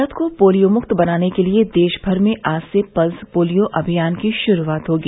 भारत को पोलियोमुक्त बनाने के लिए देशभर में आज से पल्स पोलियो अभियान की शुरूआत होगी